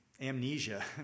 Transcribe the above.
amnesia